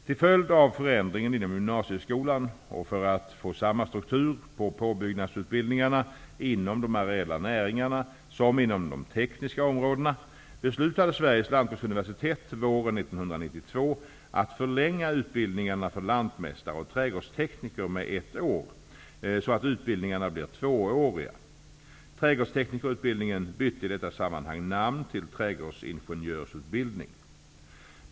Till följd av förändringen inom gymnasieskolan och för att få samma struktur på påbyggnadsutbildningarna inom de areella näringarna som inom de tekniska områdena beslutade Sveriges lantbruksuniversitet våren 1992 att förlänga utbildningarna för lantmästare och trädgårdstekniker med ett år så att utbildningarna blir tvååriga. Trädgårdsteknikerutbildningen bytte i detta sammahang namn till trädgårdsingenjörsutbildning.